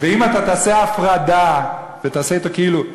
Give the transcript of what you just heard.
ואם תעשה הפרדה ותעשה אתו כאילו,